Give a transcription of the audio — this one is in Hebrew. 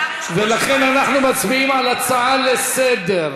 ולכן אנחנו מצביעים על הצעה לסדר-היום,